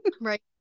right